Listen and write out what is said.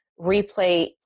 replay